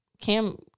Cam